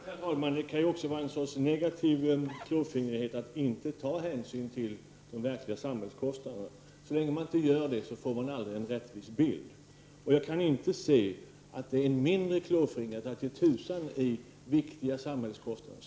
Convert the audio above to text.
Herr talman! Det kan också vara en sorts negativ klåfingrighet att inte ta hänsyn till de verkliga samhällskostnaderna. Så länge man inte gör det får man aldrig en rättvis bild. Jag kan inte se att det är mindre klåfingrigt att ge tusan i viktiga samhällskostnader.